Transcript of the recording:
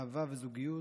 אהבה וזוגיות,